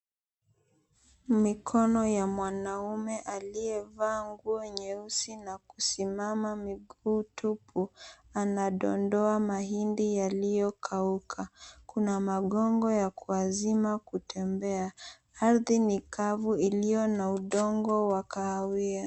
Mikono ya mwanaume aliyevaa nguo nyeusi na kusimama miguu tupu anadondoa mahindi yaliyokauka. Kuna magongo ya kuazima kutembea. Ardhi ni kavu iliyo na udongo wa kahawia.